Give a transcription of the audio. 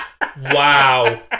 Wow